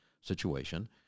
situation